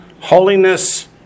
Holiness